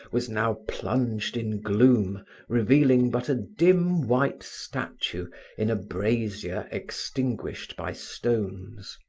was now plunged in gloom revealing but a dim white statue in a brazier extinguished by stones.